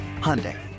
Hyundai